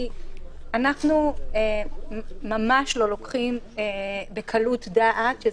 אנחנו ממש לא לוקחים בקלות דעת את